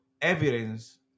evidence